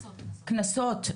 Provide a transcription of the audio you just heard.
קנסות,